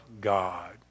God